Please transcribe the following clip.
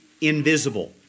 invisible